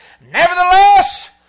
Nevertheless